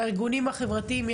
יש הערות מהארגונים החברתיים?